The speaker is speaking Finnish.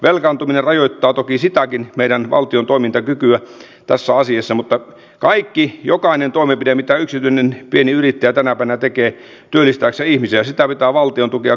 velkaantuminen rajoittaa toki sitäkin meidän valtion toimintakykyä tässä asiassa mutta kaikkea jokaista toimenpidettä mitä yksityinen pieni yrittäjä tänä päivänä tekee työllistääkseen ihmisiä pitää valtion tukea kaksin käsin